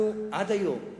ועד היום,